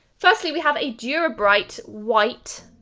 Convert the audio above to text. firstly, we have a dura-bright white,